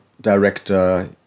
director